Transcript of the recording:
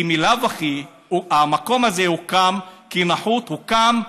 כי בלאו הכי המקום הזה הוקם כנחות, הוקם,